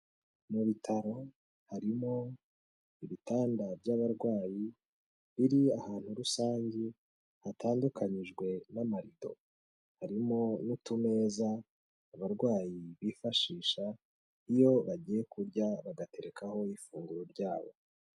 Mu bitaro harimo ibitanda by'abarwayi biri ahantu rusange, hatandukanyijwe n'amarido, harimo n'utumeza abarwayi bifashisha iyo bagiye kurya bagaterekaho ifunguro ryabo.